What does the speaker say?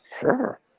sure